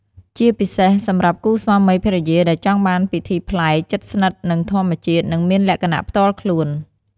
ជាពិសេសសម្រាប់គូស្វាមីភរិយាដែលចង់បានពិធីប្លែក ជិតស្និទ្ធនឹងធម្មជាតិ និងមានលក្ខណៈផ្ទាល់ខ្លួន។